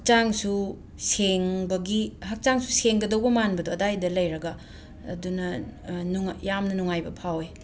ꯍꯛꯆꯥꯡꯁꯨ ꯁꯦꯡꯕꯒꯤ ꯍꯛꯆꯥꯡꯁꯨ ꯁꯦꯡꯒꯗꯧꯕ ꯃꯥꯟꯕꯗꯣ ꯑꯗꯥꯏꯗ ꯂꯩꯔꯒ ꯑꯗꯨꯅ ꯅꯨꯡꯉꯥꯏ ꯌꯥꯝꯅ ꯅꯨꯡꯉꯥꯏꯕ ꯐꯥꯎꯏ